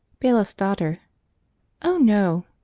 bailiff's daughter oh no!